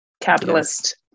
capitalist